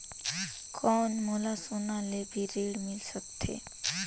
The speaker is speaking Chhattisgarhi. कौन मोला सोना ले भी ऋण मिल सकथे?